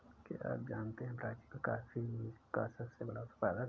क्या आप जानते है ब्राज़ील कॉफ़ी का सबसे बड़ा उत्पादक है